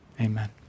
Amen